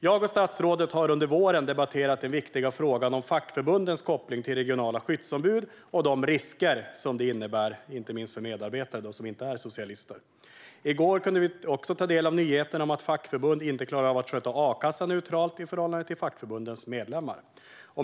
Jag och statsrådet har under våren debatterat den viktiga frågan om fackförbundens koppling till regionala skyddsombud och de risker som det innebär inte minst för medarbetare som inte är socialister. I går kunde vi också ta del av nyheten att fackförbund inte klarar av att sköta a-kassan neutralt i förhållande till fackförbundens medlemmar.